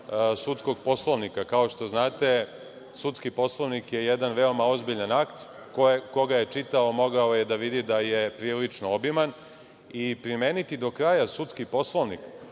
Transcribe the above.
Sudskog poslovnika. Kao što znate, Sudski poslovnik je jedan veoma ozbiljan akt, ko ga je čitao mogao je da vidi da je prilično obiman. Primeniti do kraja Sudski poslovnik,